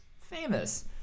famous